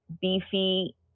beefy